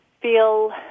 feel